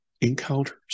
encounters